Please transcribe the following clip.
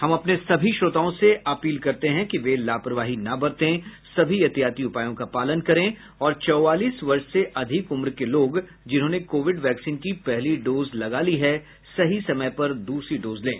हम अपने सभी श्रोताओं से अपील करते हैं कि वे लापरवाही न बरतें सभी एहतियाती उपायों का पालन करें और चौवालीस वर्ष से अधिक उम्र के लोग जिन्होंने कोविड वैक्सीन की पहली डोज लगा ली है सही समय पर दूसरी डोज लें